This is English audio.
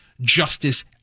justice